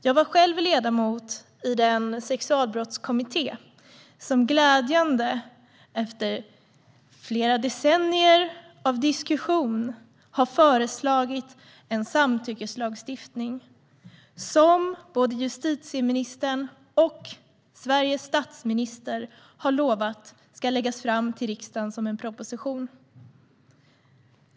Jag var själv ledamot i den sexualbrottskommitté som efter flera decennier av diskussion glädjande nog har föreslagit en samtyckeslagstiftning som både justitieministern och Sveriges statsminister har lovat ska läggas fram för riksdagen som en proposition.